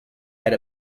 had